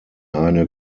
eine